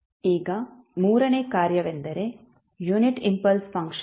ಈಗ ಮೂರನೇ ಕಾರ್ಯವೆಂದರೆ ಯುನಿಟ್ ಇಂಪಲ್ಸ್ ಫಂಕ್ಷನ್